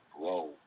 grow